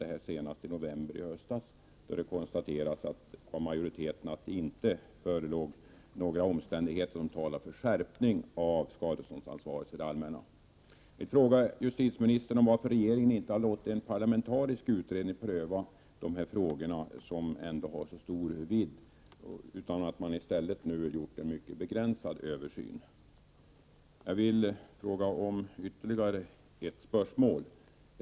Det skedde senast i november i höstas, då majoriteten konstaterade att det inte förelåg några omständigheter som talar för en skärpning av skadeståndsansvaret för det allmänna. Jag vill fråga justitieministern varför regeringen inte har låtit en parlamentarisk utredning pröva dessa frågor, som ändå har så stor vidd, i stället för att göra en mycket begränsad översyn. Jag har ytterligare ett spörsmål.